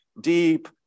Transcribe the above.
deep